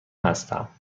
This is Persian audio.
هستم